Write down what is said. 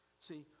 See